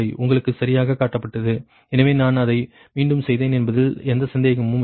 உங்களுக்கு சரியாகக் காட்டப்பட்டது எனவே நான் அதை மீண்டும் செய்தேன் என்பதில் எந்த சந்தேகமும் இல்லை